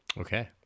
Okay